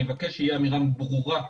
אני מבקש שתהיה אמירה ברורה,